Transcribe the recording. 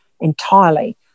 entirely